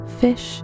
fish